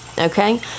okay